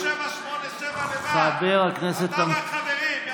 אתה נוסע ב-787 לבד, אתה והחברים, יא מושחת.